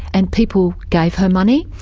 and people gave her money.